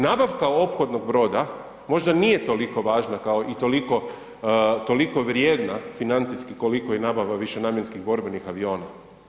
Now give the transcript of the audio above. Nabavka ophodnog broda možda nije toliko važna kao i toliko vrijedna financijski koliko i nabava višenamjenskih borbenih aviona.